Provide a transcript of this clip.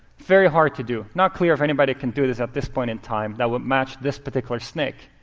very hard to do. not clear if anybody can do this at this point in time that would match this particular snake.